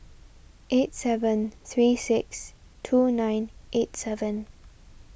eight seven three six two nine eight seven